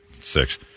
Six